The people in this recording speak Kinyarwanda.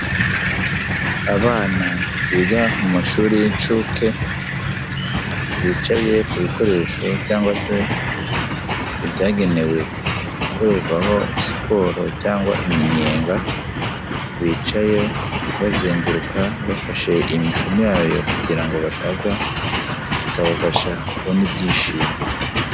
Abana biga mu mashuri y'incuke bicaye ku bikoresho cyangwa se ibyagenewe gukorerwaho siporo cyangwa iminyenga, bicaye bazenguruka bafashe imishumi yayo kugira ngo batagwa bikabafasha kubona ibyishimo.